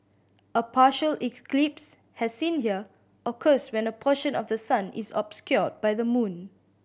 a partial as seen here occurs when a portion of the sun is obscured by the moon